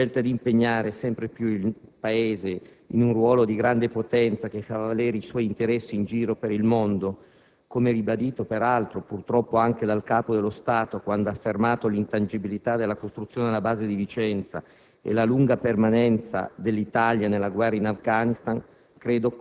La scelta di impegnare sempre più il Paese in un ruolo di grande potenza, che fa valere i suoi interessi in giro per il mondo, come ribadito peraltro purtroppo anche dal Capo dello Stato quando ha affermato l'intangibilità della costruzione della base di Vicenza e la lunga permanenza dell'Italia nella guerra in Afghanistan,